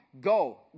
go